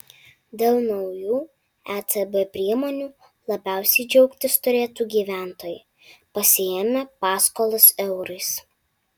dėl naujų ecb priemonių labiausiai džiaugtis turėtų gyventojai pasiėmę paskolas eurais